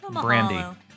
Brandy